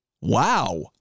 Wow